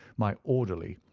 my orderly,